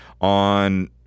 on –